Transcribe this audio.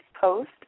post